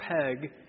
peg